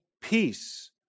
peace